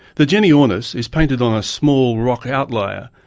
the genyornis is painted on a small rocket outlier,